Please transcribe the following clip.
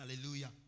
Hallelujah